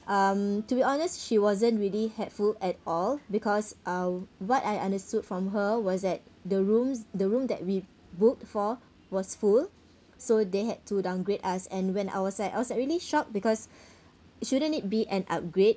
um to be honest she wasn't really helpful at all because uh what I understood from her was that the rooms the room that we booked for was full so they had to downgrade us and when I was like I was like really shocked because shouldn't it be an upgrade